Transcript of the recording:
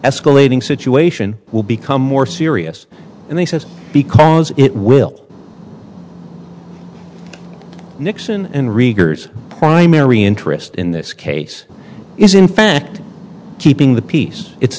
escalating situation will become more serious and he says because it will nixon in readers primary interest in this case is in fact keeping the peace it's